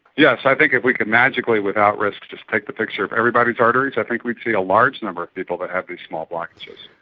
yes, i think if we could magically without risk just take the picture of everybody's arteries i think we'd see a large number of people that have these small blockages.